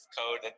code